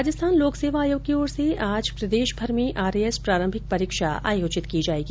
राजस्थान लोक सेवा आयोग की ओर से आज प्रदेशभर में आरएएस प्रारंभिक परीक्षा आयोजित की जाएगी